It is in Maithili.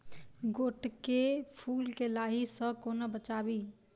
गोट केँ फुल केँ लाही सऽ कोना बचाबी?